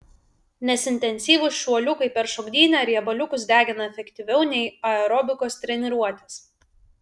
nes intensyvūs šuoliukai per šokdynę riebaliukus degina efektyviau nei aerobikos treniruotės